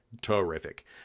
terrific